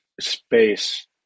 space